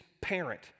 parent